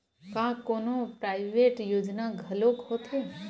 का कोनो प्राइवेट योजना घलोक होथे?